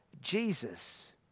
Jesus